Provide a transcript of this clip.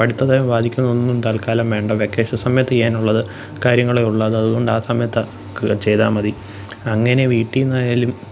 പഠിത്തത്തെ ബാധിക്കുന്ന ഒന്നും തൽക്കാലം വേണ്ട വെക്കേഷൻ സമയത്തെയ്യാനുള്ളത് കാര്യങ്ങളേ ഉള്ളു അത് അതുകൊണ്ടാ സമയത്താ ക്ക് ചെയ്താല് മതി അങ്ങനെ വീട്ടില്നിന്നായാലും